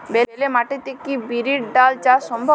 বেলে মাটিতে কি বিরির ডাল চাষ সম্ভব?